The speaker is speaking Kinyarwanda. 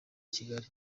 kigali